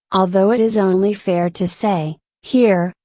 although it is only fair to say, here,